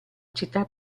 città